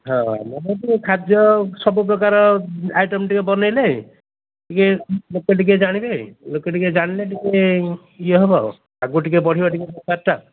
ହଁ ଟିକେ ଖାଦ୍ୟ ସବୁ ପ୍ରକାର ଆଇଟମ୍ ଟିକେ ବନେଇଲେ ଟିକେ ଲୋକେ ଟିକେ ଜାଣିବେ ଲୋକେ ଟିକେ ଜାଣିଲେ ଟିକେ ଇଏ ହେବ ଆଗକୁ ଟିକେ ବଢ଼ିବା ଟିକେ ଦରକାର